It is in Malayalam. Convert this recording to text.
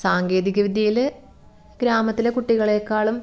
സാങ്കേതിക വിദ്യയിൽ ഗ്രാമത്തിലെ കുട്ടികളെക്കാളും